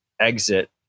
exit